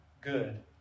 good